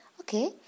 okay